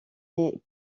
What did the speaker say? est